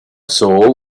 saw